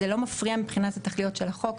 זה לא מפריע מבחינת התכליות של החוק,